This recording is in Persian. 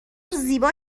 زیبا